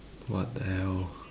what the hell